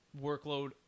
workload